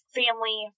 family